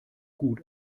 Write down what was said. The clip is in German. gut